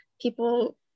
People